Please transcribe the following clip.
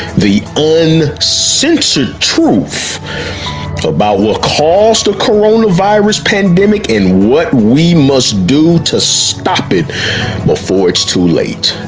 the own sensitive truth about what calls to corona virus, pandemic and what we must do to stop it before it's too late.